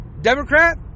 democrat